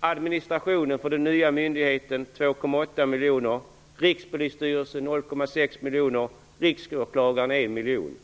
administrationskostnaderna för den nya myndigheten är 2,8 miljoner, Rikspolisstyrelsen drar 0,6 miljoner och Riksåklagaren 1 miljon.